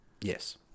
Yes